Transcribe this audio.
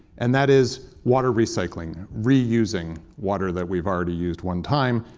and that is water recycling, reusing water that we've already used one time.